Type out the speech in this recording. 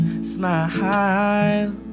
smile